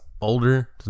older